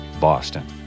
Boston